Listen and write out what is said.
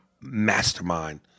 mastermind